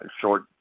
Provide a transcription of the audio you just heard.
short